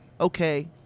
Okay